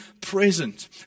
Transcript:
present